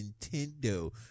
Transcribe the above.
Nintendo